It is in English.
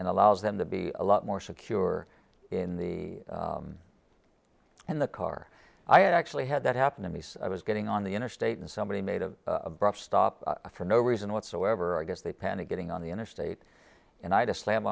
allows them to be a lot more secure in the in the car i actually had that happen to me so i was getting on the interstate and somebody made a abrupt stop for no reason whatsoever i guess they panic getting on the interstate and i